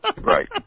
Right